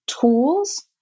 tools